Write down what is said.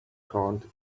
called